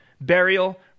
burial